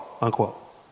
unquote